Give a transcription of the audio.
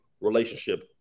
relationship